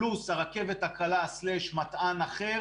פלוס הרכבת הקלה/מתע"ן אחר